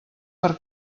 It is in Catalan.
per